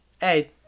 hey